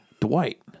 Dwight